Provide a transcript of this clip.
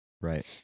right